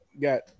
got